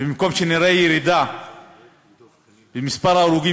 ובמקום שנראה ירידה במספר ההרוגים